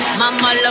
mama